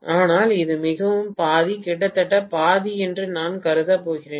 ஆனால் இது மிகவும் பாதி கிட்டத்தட்ட பாதி என்று நான் கருதப் போகிறேன்